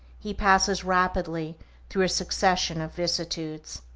he passes rapidly through a succession of vicissitudes.